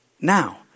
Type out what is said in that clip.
now